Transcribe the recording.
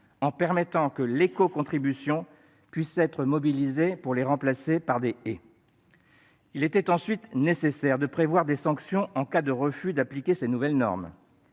en permettant que l'écocontribution puisse être mobilisée pour les remplacer par des haies. Il était ensuite nécessaire de prévoir des sanctions en cas de refus d'appliquer ces nouvelles normes.